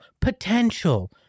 potential